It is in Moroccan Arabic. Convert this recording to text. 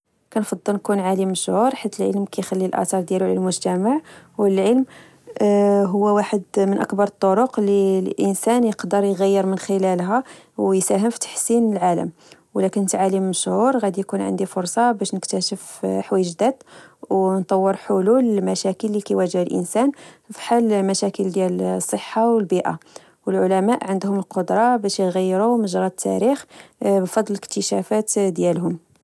كنفضل نكون عالم مشهور حيت العلم كيخلي الاثار ديالو على المجتمع والعلم هو واحد من اكبر الطرق اللي الانسان يقدر يغير من خلالها ويساهم في تحسين العالم ولكن عالم مشهور غادي يكون عندي فرصة باش نكتاشف حوايج جداد ونطور حلول للمشاكل اللي يواجه الانسان فحال مشاكل ديال الصحه والبيئه والعلماء عندهم القدرة باش يغيروا مجرى التاريخ بفضل الاكتشافات ديالهم